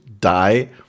die